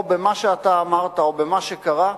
או במה שאתה אמרת או במה שקרה,